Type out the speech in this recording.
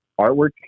artwork